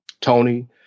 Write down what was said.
Tony